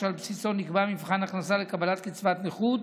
שעל בסיסו נקבע מבחן הכנסה לקבלת קצבת נכות,